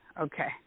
Okay